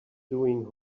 doing